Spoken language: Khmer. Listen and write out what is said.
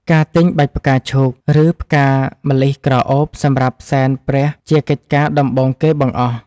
ការទិញបាច់ផ្កាឈូក ឬផ្កាម្លិះក្រអូបសម្រាប់សែនព្រះជាកិច្ចការដំបូងគេបង្អស់។